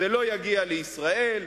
זה לא יגיע לישראל,